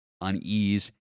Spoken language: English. unease